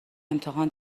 امتحان